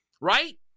right